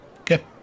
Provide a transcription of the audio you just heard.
Okay